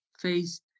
face